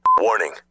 Warning